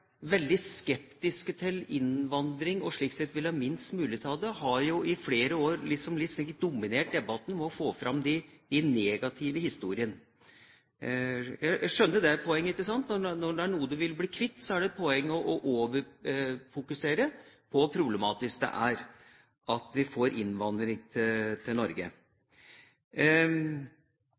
veldig skeptiske til innvandring og slik sett vil ha minst mulig av det, har jo i flere år dominert debatten med å få fram de negative historiene. Jeg skjønner det poenget – når det er noe man vil bli kvitt, er det et poeng å overfokusere på hvor problematisk det er, i dette tilfellet at vi får innvandring til Norge.